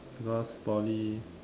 because Poly